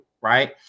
Right